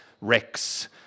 Rex